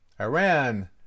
Iran